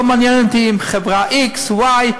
לא מעניין אותי אם חברה x, y.